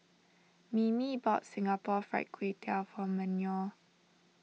Mimi bought Singapore Fried Kway Tiao for Manuel